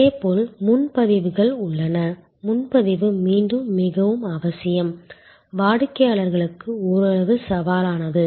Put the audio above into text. இதேபோல் முன்பதிவுகள் உள்ளன முன்பதிவு மீண்டும் மிகவும் அவசியம் வாடிக்கையாளர்களுக்கு ஓரளவு சவாலானது